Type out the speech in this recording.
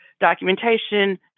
documentation